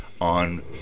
on